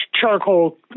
charcoal